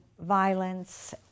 violence